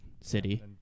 city